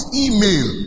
email